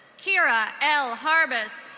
kiera l harviss,